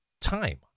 time